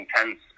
intense